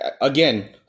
Again